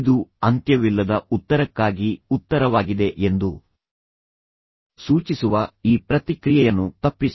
ಇದು ಅಂತ್ಯವಿಲ್ಲದ ಉತ್ತರಕ್ಕಾಗಿ ಉತ್ತರವಾಗಿದೆ ಎಂದು ಸೂಚಿಸುವ ಈ ಪ್ರತಿಕ್ರಿಯೆಯನ್ನು ತಪ್ಪಿಸಿ